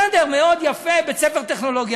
בסדר, מאוד יפה, בית-ספר טכנולוגי.